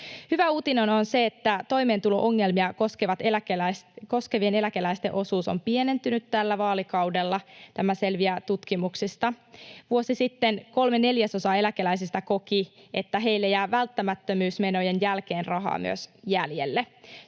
Hyvä uutinen on se, että toimeentulo-ongelmia kokevien eläkeläisten osuus on pienentynyt tällä vaalikaudella. Tämä selviää tutkimuksista. Vuosi sitten kolme neljäsosaa eläkeläisistä koki, että heille jää välttämättömyysmenojen jälkeen rahaa myös jäljelle.